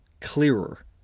clearer